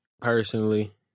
personally